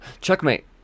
checkmate